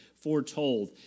Foretold